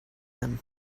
them